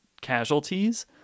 casualties